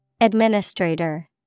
Administrator